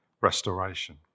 Restoration